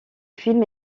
film